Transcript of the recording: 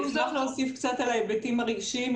אני אשמח להוסיף קצת על ההיבטים הרגשיים,